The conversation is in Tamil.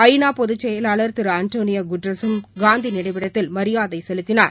ஐ நா பொதுச்செயலாளர் திரு ஆண்டோனியோ குட்ரலூம் காந்தி நினைவிடத்தில் மரியாதை செலுத்தினார்